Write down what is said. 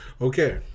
Okay